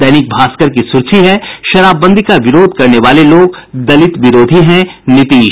दैनिक भास्कर की सुर्खी है शराबबंदी का विरोध करने वाले लोग दलित विरोधी हैं नीतीश